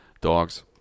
dogs